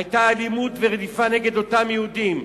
היו אלימות ורדיפה נגד אותם יהודים.